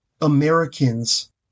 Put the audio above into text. Americans